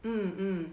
mm mm